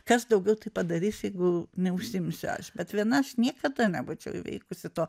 kas daugiau tai padarysi jeigu neužsiimsiu aš bet viena aš niekada nebūčiau įveikusi to